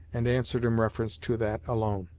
and answered in reference to that alone.